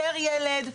פר ילד,